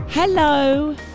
Hello